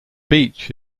beach